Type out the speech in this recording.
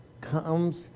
comes